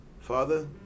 Father